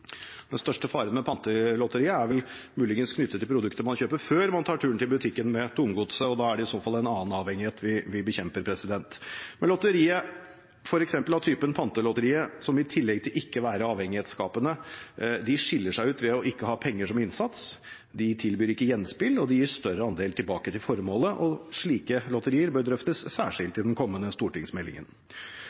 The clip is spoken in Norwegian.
Den størst faren med Pantelotteriet er vel muligens knyttet til produktet man kjøper før man tar turen til butikken med tomgodset, og da er det i så fall en annen avhengighet vi bekjemper. Lotterier av f.eks. typen Pantelotteriet, som i tillegg til ikke å være avhengighetsskapende, skiller seg ut ved ikke å ha penger som innsats, de tilbyr ikke gjenspill, og de gir større andel tilbake til formålet. Slike lotterier bør drøftes særskilt i den kommende stortingsmeldingen.